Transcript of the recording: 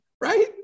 Right